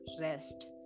rest